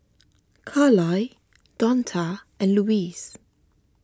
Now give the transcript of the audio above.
Carlyle Donta and Lois